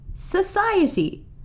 Society